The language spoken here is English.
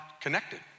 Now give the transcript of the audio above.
connected